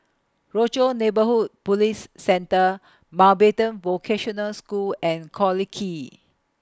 Rochor Neighborhood Police Centre Mountbatten Vocational School and Collyer Quay